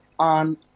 On